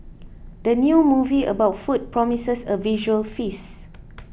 the new movie about food promises a visual feast